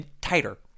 Tighter